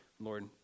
Lord